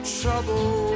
trouble